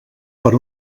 per